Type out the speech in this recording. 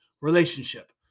relationship